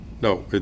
No